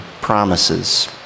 promises